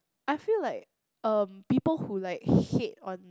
I feel like um people who like hate on